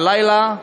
הלילה,